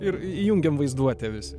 ir įjungiam vaizduotę visi